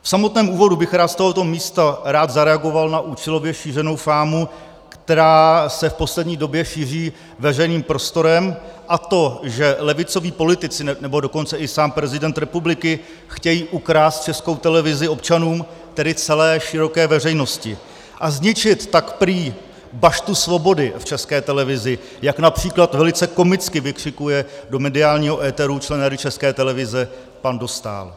V samotném úvodu bych rád z tohoto místa zareagoval na účelově šířenou fámu, která se v poslední době šíří veřejným prostorem, a to že levicoví politici, nebo dokonce i sám prezident republiky chtějí ukrást Českou televizi občanům, tedy celé široké veřejnosti, a zničit tak prý baštu svobody v České televizi, jak například velice komicky vykřikuje do mediálního éteru člen Rady České televize pan Dostál.